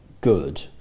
good